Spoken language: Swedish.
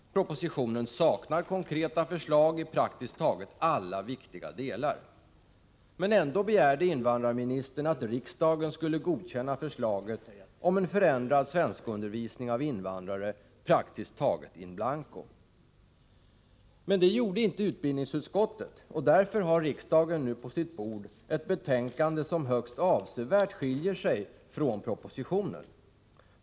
Propositionen saknar konkreta förslag i praktiskt taget alla viktiga delar — men ändå begärde invandrarministern att riksdagen skulle godkänna förslaget om en förändrad svenskundervisning för invandrare praktiskt taget in blanco. Men det gjorde inte utbildningsutskottet, och därför har riksdagen nu på sitt bord ett betänkande som högst avsevärt skiljer sig från propositionen.